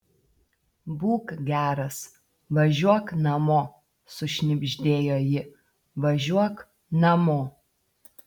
būk geras važiuok namo sušnibždėjo ji važiuok namo